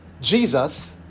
Jesus